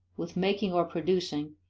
with making or producing,